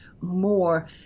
more